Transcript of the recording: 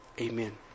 Amen